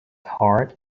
heart